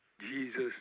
Jesus